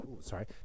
sorry